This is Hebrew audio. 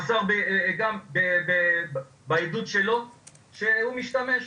מסר בעדות שלו שהוא משתמש,